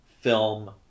film